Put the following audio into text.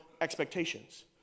expectations